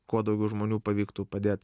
kuo daugiau žmonių pavyktų padėt